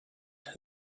that